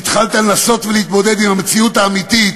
התחלת לנסות להתמודד עם המציאות האמיתית,